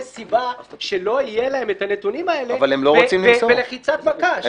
סיבה שלא יהיה להם את הנתונים האלה בלחיצת מקש.